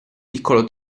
piccolo